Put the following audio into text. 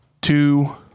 two